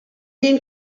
den